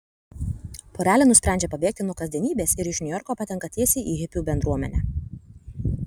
porelė nusprendžia pabėgti nuo kasdienybės ir iš niujorko patenka tiesiai į hipių bendruomenę